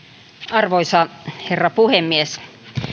arvoisa herra puhemies